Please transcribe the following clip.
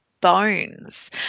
bones